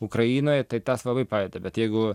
ukrainoje tai tas labai palietė bet jeigu